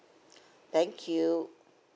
thank you